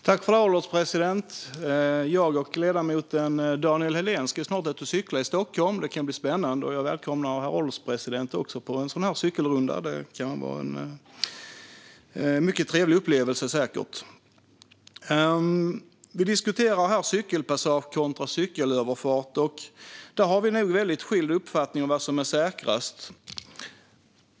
Herr ålderspresident! Jag och ledamoten Daniel Helldén ska snart ut och cykla i Stockholm. Det kan bli spännande. Jag välkomnar herr ålderspresidenten på en sådan cykelrunda; det kan säkert vara en mycket trevlig upplevelse. Vi diskuterar här cykelpassage kontra cykelöverfart, och vi har nog väldigt skilda uppfattningar om vad som är säkrast.